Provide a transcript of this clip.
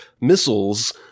missiles